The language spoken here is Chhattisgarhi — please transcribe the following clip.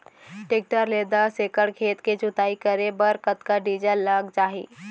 टेकटर ले दस एकड़ खेत के जुताई करे बर कतका डीजल लग जाही?